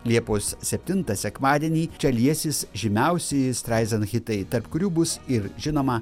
liepos septintą sekmadienį čia liesis žymiausi straizant hitai tarp kurių bus ir žinoma